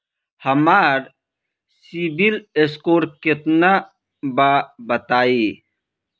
हमार CIBIL score केतना बा बताईं?